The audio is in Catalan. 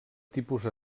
tipus